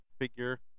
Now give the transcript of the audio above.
figure